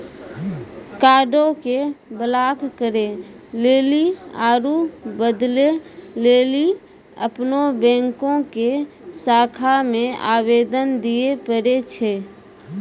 कार्डो के ब्लाक करे लेली आरु बदलै लेली अपनो बैंको के शाखा मे आवेदन दिये पड़ै छै